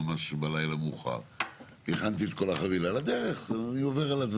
ממש קהילה שלמה ולכן האזילה היא אפסית